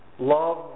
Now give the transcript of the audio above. Love